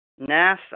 NASA